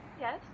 Yes